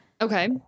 Okay